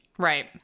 right